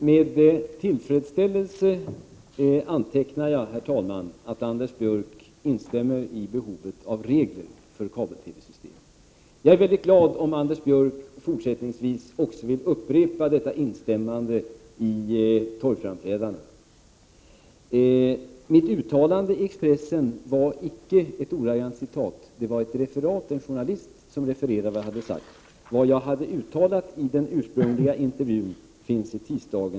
Herr talman! Med tillfredsställelse antecknar jag att Anders Björck instämmer i behovet av regler för kabel-TV-systemet. Jag skulle bli väldigt glad om Anders Björck fortsättningsvis också ville upprepa detta instämmande i torgframträdandena. Det uttalande av mig som återgavs i Expressen var inte ett ordagrant citat, utan ett referat av vad jag sagt som gjorts av en journalist. Vad jag sade i intervjun återfinns i tisdagens nummer av Expressen.